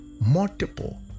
multiple